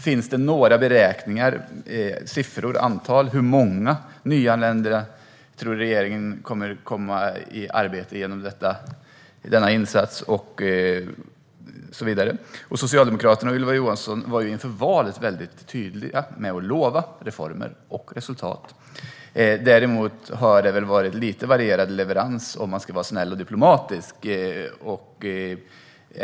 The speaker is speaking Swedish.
Finns det några beräkningar - siffror och antal - om hur många nyanlända regeringen tror kommer att komma i arbete genom denna insats? Socialdemokraterna och Ylva Johansson var inför valet väldigt tydliga med att lova reformer och resultat. Däremot har det väl varit lite varierat med leveransen, för att uttrycka det snällt och diplomatiskt.